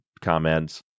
comments